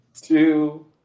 Two